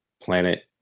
planet